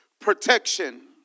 protection